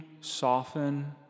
soften